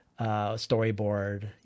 storyboard